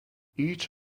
each